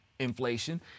inflation